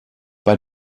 bei